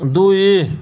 ଦୁଇ